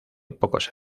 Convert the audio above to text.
pocos